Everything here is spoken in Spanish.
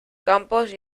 campos